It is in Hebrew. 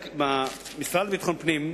במשרד לביטחון הפנים,